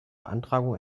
beantragung